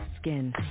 skin